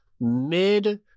mid